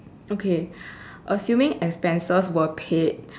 okay assuming expenses were paid